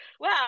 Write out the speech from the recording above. Wow